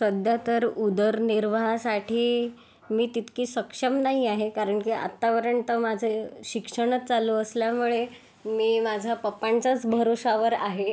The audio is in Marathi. सध्या तर उदरनिर्वाहासाठी मी तितकी सक्षम नाही आहे कारण की आत्तापर्यंत माझे शिक्षणच चालू असल्यामुळे मी माझ्या पप्पांच्याच भरवशावर आहे